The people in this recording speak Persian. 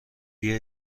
بیا